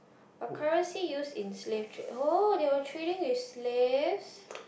a currency used in slave trade oh they were trading with slaves